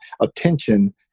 attention